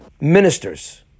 ministers